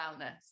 wellness